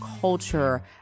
culture